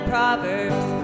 Proverbs